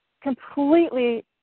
completely